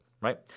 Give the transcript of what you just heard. right